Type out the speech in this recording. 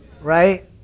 right